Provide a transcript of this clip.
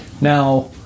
Now